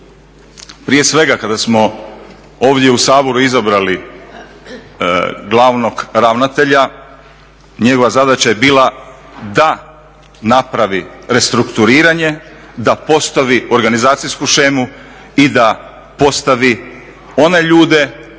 Prije svega kada smo ovdje u Saboru izabrali glavnog ravnatelja, njegova zadaća je bila da napravi restrukturiranje, da postavi organizacijsku shemu i da postavi one ljude